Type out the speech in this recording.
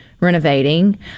renovating